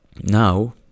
Now